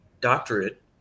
doctorate